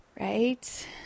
right